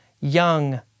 young